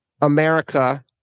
America